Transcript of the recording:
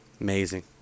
Amazing